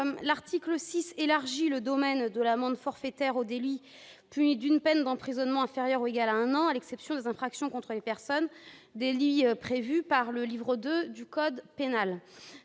L'article 6 élargit le domaine de l'amende forfaitaire aux délits punis d'une peine d'emprisonnement inférieure ou égale à un an, à l'exception des infractions contre les personnes, qui sont couvertes par le livre II du code pénal.